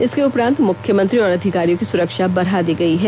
इसके उपरांत मुख्यमंत्री और अधिकारियों की सुरक्षा बढ़ा दी गई है